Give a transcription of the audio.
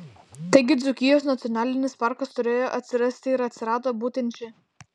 taigi dzūkijos nacionalinis parkas turėjo atsirasti ir atsirado būtent čia